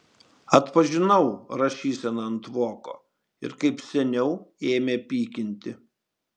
atpažinau rašyseną ant voko ir kaip seniau ėmė pykinti